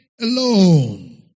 alone